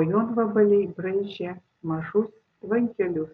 o jonvabaliai braižė mažus lankelius